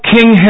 King